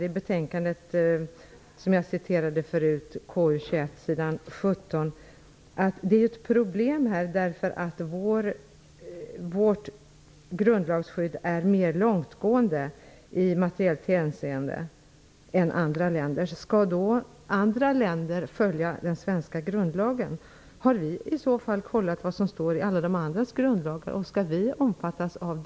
I betänkande KU21, som jag citerade förut, står det på s. 17 att det finns ett problem, eftersom vårt grundlagsskydd också i materiellt hänseende är mer långtgående än andra länders. Skall andra länder då följa den svenska grundlagen? Har vi i så fall undersökt vad som står i alla de andra ländernas grundlagar?